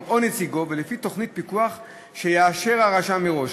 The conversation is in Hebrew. או נציגו ולפי תוכנית פיקוח שיאשר הרשם מראש,